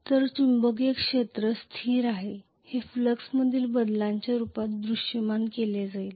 तर चुंबकीय क्षेत्र स्थिर आहे हे फ्लक्समधील बदलांच्या रूपात दृश्यमान केले जाईल